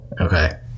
Okay